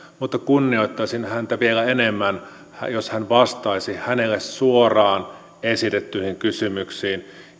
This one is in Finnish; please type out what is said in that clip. mutta kunnioittaisin häntä vielä enemmän jos hän vastaisi hänelle suoraan esitettyihin kysymyksiin